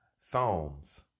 Psalms